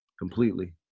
completely